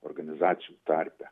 organizacijų tarpe